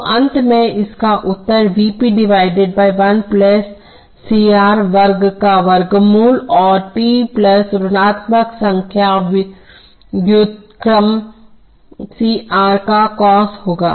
तो अंत में इसका उत्तर V p 1 c R वर्ग का वर्गमूल और t ऋणात्मक समय व्युत्क्रम c R का cos होगा